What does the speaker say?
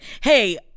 hey